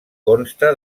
consta